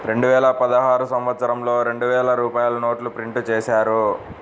రెండువేల పదహారు సంవత్సరంలో రెండు వేల రూపాయల నోట్లు ప్రింటు చేశారు